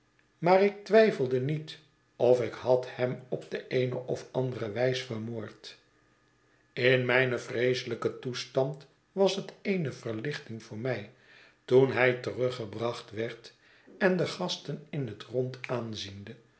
maar ik twijfelde niet of ik had hem op de eene of andere wijs vermoord in mijn vreeselijken toestand was het eene verlichting voor mij toen hij teruggebracht werd en de gasten in het rond